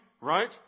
right